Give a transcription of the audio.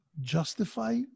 justify